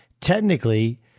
technically